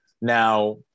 Now